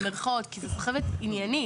כי זו סחבת עניינית.